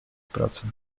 pracy